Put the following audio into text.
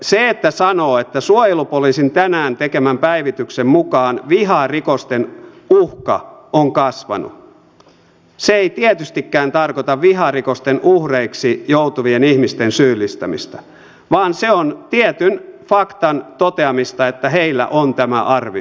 se että sanoo että suojelupoliisin tänään tekemän päivityksen mukaan viharikosten uhka on kasvanut ei tietystikään tarkoita viharikosten uhreiksi joutuvien ihmisten syyllistämistä vaan se on tietyn faktan toteamista että heillä on tämä arvio